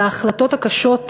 על ההחלטות הקשות,